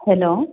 hello